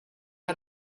had